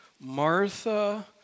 Martha